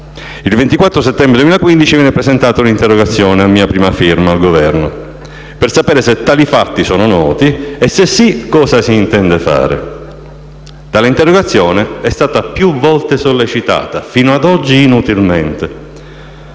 Il 24 settembre 2015 viene presentata una interrogazione a mia prima firma, rivolta al Governo per sapere se tali fatti sono noti e, se sì, cosa si intenda fare. Tale interrogazione è stata più volte sollecitata, fino ad oggi inutilmente.